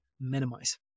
minimize